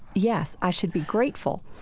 yes. i should be grateful.